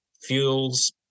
fuels